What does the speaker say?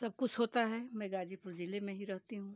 सब कुछ होता है मैं गाजीपुर जिले में ही रहती हूँ